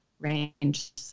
range